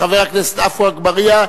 חבר הכנסת עפו אגבאריה.